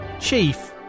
Chief